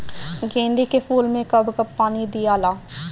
गेंदे के फूल मे कब कब पानी दियाला?